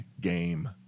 game